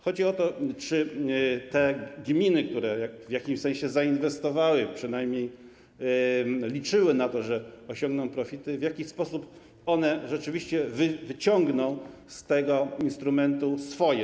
Chodzi o to, czy te gminy, które w jakimś sensie zainwestowały, przynajmniej liczyły na to, że osiągną profity, w jakiś sposób rzeczywiście wyciągną z tego instrumentu swoje.